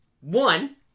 One